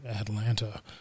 Atlanta